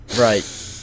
Right